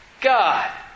God